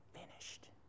finished